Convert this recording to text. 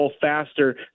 faster